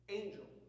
angel